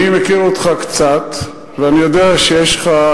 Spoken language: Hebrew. אני מכיר אותך קצת ואני יודע שיש לך,